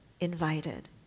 invited